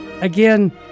again